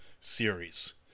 series